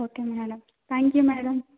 okay madam thank you madam